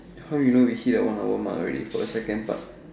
how you know we hit the one hour mark already for the second part